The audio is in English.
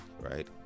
right